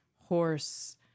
horse